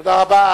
תודה רבה.